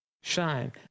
shine